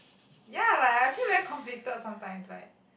ya like I feel very conflicted sometimes like